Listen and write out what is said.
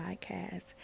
Podcast